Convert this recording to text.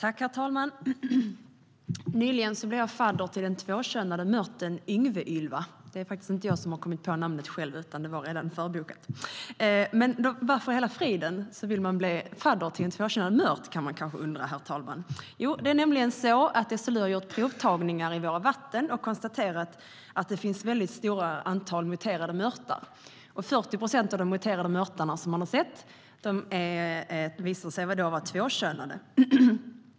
Herr talman! Nyligen blev jag fadder till den tvåkönade mörten Yngve-Ylva. Det är inte jag som har kommit på namnet själv, utan det var förbokat. Men varför i hela friden blir man fadder till en tvåkönad mört? Det kan man kanske undra, herr talman. Jo, det är nämligen så att SLU har gjort provtagningar i våra vatten och konstaterat att det finns ett stort antal muterade mörtar. 40 procent av de muterade mörtar man har sett har visat sig vara tvåkönade.